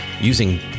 using